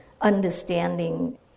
understanding